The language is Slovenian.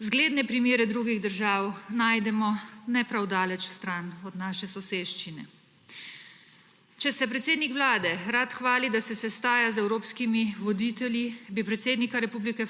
Zgledne primere drugih držav najdemo ne prav daleč stran od naše soseščine. Če se predsednik Vlade rad hvali, da se sestaja z evropskimi voditelji, bi predsednika